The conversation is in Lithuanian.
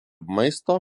maisto